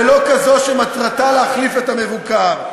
ולא כזאת שמטרתה להחליף את המבוקר.